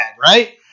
right